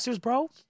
bro